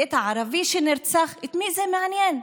והערבי שנרצח, את מי זה מעניין?